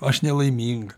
aš nelaiminga